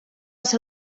ser